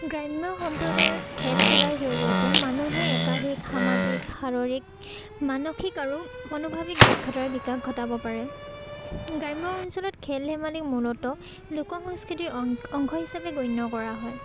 গ্ৰাম্য সম্প্ৰদায়ত খেল খেলাৰ জৰিয়তে মানুহে একাাধিক সামাজিক শাৰীৰিক মানসিক আৰু মনোভাৱিক দক্ষতাৰ বিকাশ ঘটাব পাৰে গ্ৰাম্য অঞ্চলত খেল ধেমালি মূলতঃ লোক সংস্কৃতিৰ অংশ হিচাপে গণ্য কৰা হয়